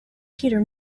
peter